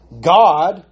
God